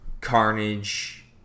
Carnage